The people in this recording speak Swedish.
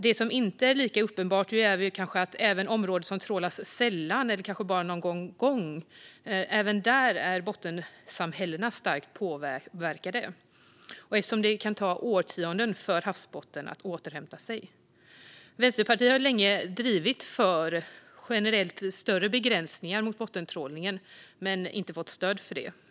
Det som inte är lika uppenbart är att även i områden som trålas sällan, kanske bara någon gång, är bottensamhällena starkt påverkade, eftersom det kan ta årtionden för havsbottnar att återhämta sig. Vänsterpartiet har länge drivit på för generellt större begränsningar av bottentrålningen men inte fått stöd för det.